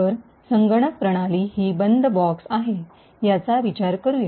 तर संगणक प्रणाली ही बंद बॉक्स आहे याचा विचार करूया